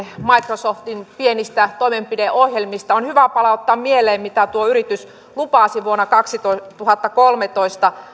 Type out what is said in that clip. microsoftin pienistä toimenpideohjelmista on hyvä palauttaa mieleen mitä tuo yritys lupasi vuonna kaksituhattakolmetoista